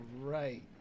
right